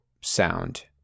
sound